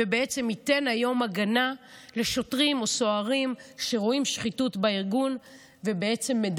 ובעצם ייתן היום הגנה לשוטרים או סוהרים שרואים שחיתות בארגון ומדווחים,